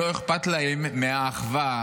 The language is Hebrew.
לא אכפת להם מהאחווה,